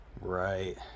right